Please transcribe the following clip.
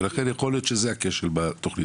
ולכן יכול להיות שזה הכשל בתוכנית.